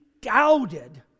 doubted